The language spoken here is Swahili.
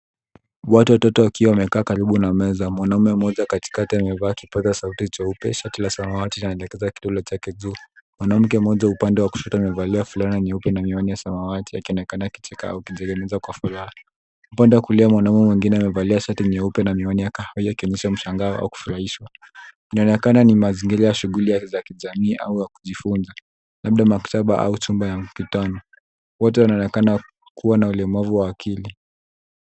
Watu watatu wakiwa wamekaa karibu na meza. Mwanamume mmoja katikati amevaa kipaza sauti cheupe, shati la samawati, na anaelekeza kidole chake juu. Mwanamke mmoja upande wa kushoto amevalia fulana nyeupe na miwani ya sawati akionekana akicheka au akitegemeza kwa furaha. Upande wa kulia mwanaume mwingine amevalia shati nyeupe na miwani ya kahawia ikionyesha mshangao au kufurahishwa. Inaonekana ni mazingira ya shughuli za kijamii au ya kujifunza, labda maktaba au chumba ya mkutano. Wote wanaonekana kuwa na walemavu wa akili.